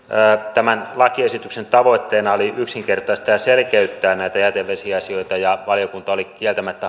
tämän lakiesityksen tavoitteena oli yksinkertaistaa ja selkeyttää näitä jätevesiasioita ja valiokunta oli kieltämättä